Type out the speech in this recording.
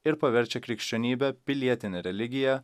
ir paverčia krikščionybę pilietine religija